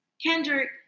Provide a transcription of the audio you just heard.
Kendrick